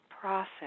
process